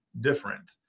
different